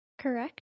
Correct